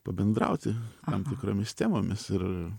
pabendrauti tam tikromis temomis ir